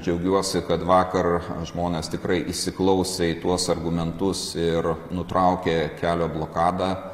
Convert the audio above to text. džiaugiuosi kad vakar žmonės tikrai įsiklausė į tuos argumentus ir nutraukė kelio blokadą